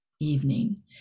evening